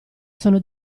sono